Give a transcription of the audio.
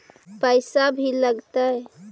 पैसा भी लगतय?